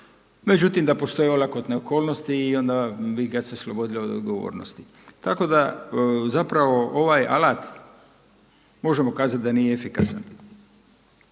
međutim da postoje olakotne okolnosti i onda bi ga se oslobodilo od odgovornosti. Tako da zapravo ovaj alat možemo kazati da nije efikasan.